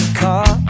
car